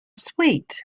sweet